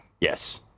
Yes